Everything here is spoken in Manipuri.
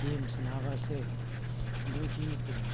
ꯒꯦꯝ ꯁꯥꯟꯅꯕꯁꯦ ꯑꯗꯨꯒꯤ ꯀꯩꯅꯣ